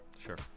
sure